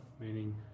meaning